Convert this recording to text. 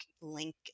link